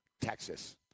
Texas